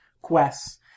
quests